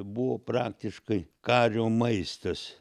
buvo praktiškai kario maistas